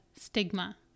stigma